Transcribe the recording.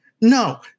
No